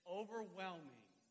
overwhelming